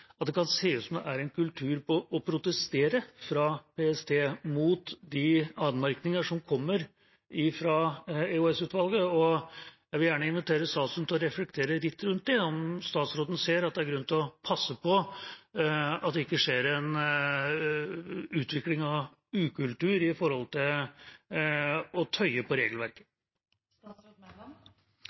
at det kan se ut som om det fra PST er en kultur for å protestere mot de anmerkningene som kommer fra EOS-utvalget. Jeg vil gjerne invitere statsråden til å reflektere litt rundt det. Ser statsråden at det er grunn til å passe på at det ikke skjer en utvikling av ukultur når det kommer til å tøye